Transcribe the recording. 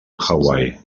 hawaii